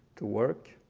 to work.